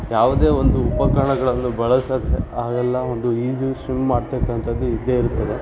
ಯಾವುದೇ ಒಂದು ಉಪಕರಣಗಳನ್ನು ಬಳಸದೇ ಆ ಎಲ್ಲ ಒಂದು ಈಜು ಸ್ವಿಮ್ ಮಾಡತಕ್ಕಂಥದ್ದು ಇದ್ದೇ ಇರ್ತದೆ